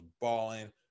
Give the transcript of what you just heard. balling